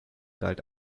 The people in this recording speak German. galt